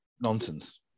nonsense